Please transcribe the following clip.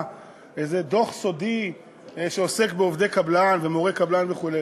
איזה דוח סודי שעוסק בעובדי קבלן ומורי קבלן וכו'.